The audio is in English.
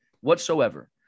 whatsoever